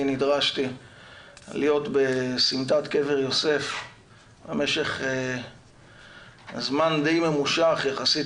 נדרשתי להיות בסמטת קבר יוסף במשך זמן די ממושך יחסית